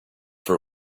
for